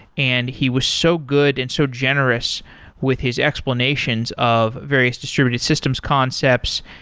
and he was so good and so generous with his explanations of various distributed systems concepts.